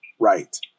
Right